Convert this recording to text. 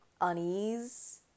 unease